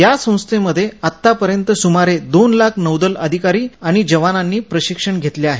या संस्थेमध्ये आत्तापर्यंत सुमारे दोन लाख नौदल अधिकारी आणि जवानांनी प्रशिक्षण घेतले आहे